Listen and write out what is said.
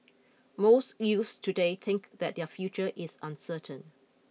most youths today think that their future is uncertain